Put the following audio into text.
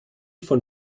von